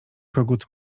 kogut